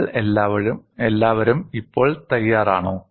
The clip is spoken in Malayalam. നിങ്ങൾ എല്ലാവരും ഇപ്പോൾ തയ്യാറാണോ